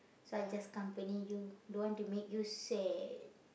so I just company you don't want to make you sad